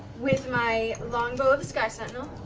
with my longbow of the sky sentinel.